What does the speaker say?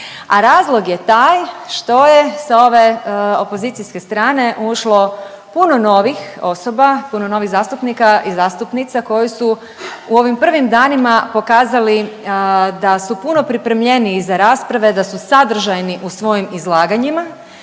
razlog je taj što je s ove opozicijske strane ušlo puno novih osoba, puno novih zastupnika i zastupnica koji su u ovim prvim danima pokazali da su puno pripremljeniji za rasprave, da su sadržajni u svojim izlaganjima,